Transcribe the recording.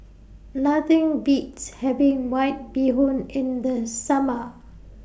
Nothing Beats having White Bee Hoon in The Summer